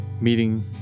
meeting